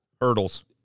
Hurdles